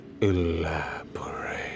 elaborate